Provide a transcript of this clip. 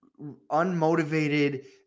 unmotivated